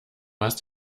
hast